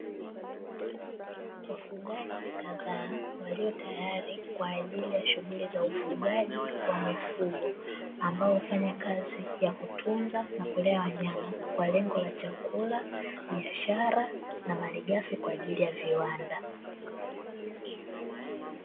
Wafugaji kadhaa waliotayari kwa ajili ya shughuli za ufugaji wa mifugo, ambao hufanya kazi ya kutunza na kulea wanyama kwa lengo la chakula, biashara na malighafi kwa ajili ya viwanda.